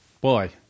Boy